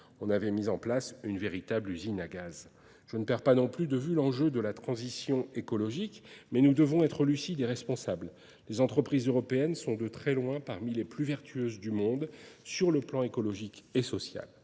On avait mis en place une véritable usine à gaz. Je ne perds pas non plus de vue l'enjeu de la transition écologique, mais nous devons être lucides et responsables. Les entreprises européennes sont de très loin parmi les plus vertueuses du monde sur le plan écologique et social.